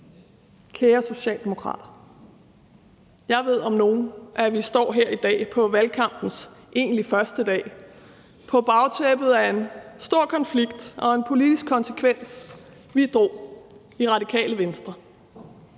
Kære Socialdemokrater, jeg ved om nogen, at vi står her i dag på valgkampens egentlige første dag på bagtæppet af en stor konflikt og en politisk konsekvens, vi drog i Radikale Venstre.